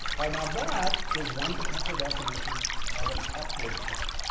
now, that is one potential definition of an upward trend.